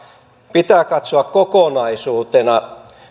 pitää katsoa kokonaisuutena